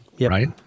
right